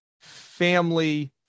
family